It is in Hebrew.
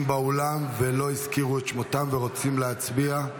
באולם ולא הזכירו את שמם ורוצים להצביע?